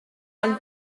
ond